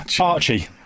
Archie